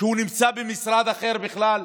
שנמצא במשרד אחר בכלל?